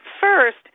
first